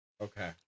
Okay